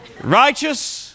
Righteous